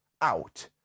out